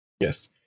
Yes